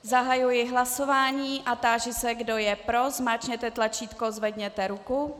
Zahajuji hlasování a táži se, kdo je pro, zmáčkněte tlačítko a zvedněte ruku.